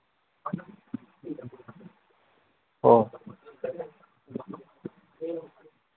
ꯑꯣ